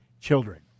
children